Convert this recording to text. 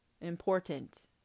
important